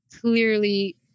clearly